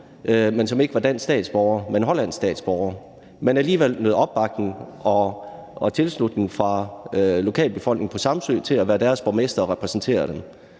og som ikke var dansk statsborger, men hollandsk statsborger, men som alligevel nød opbakning og tilslutning fra lokalbefolkningen på Samsø til at være deres borgmester og repræsentere dem.